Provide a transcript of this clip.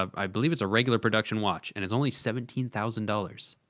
um i believe it's a regular production watch, and it's only seventeen thousand dollars!